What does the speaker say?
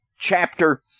Chapter